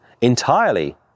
entirely